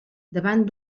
davant